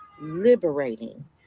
liberating